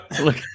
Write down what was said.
Look